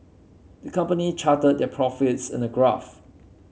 the company charted their profits in a graph